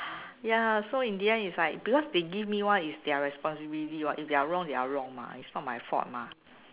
ya so in the end is like because they give me one is their responsibility what is their wrong their wrong what is not my fault mah